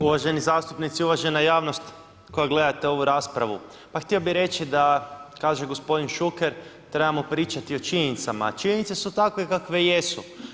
Uvaženi zastupnici, uvažena javnost, koja gledate ovu raspravu, pa htio bi reći, da kaže gospodin Šuker, trebamo pričati o činjenicama, a činjenice su takve, kakve jesu.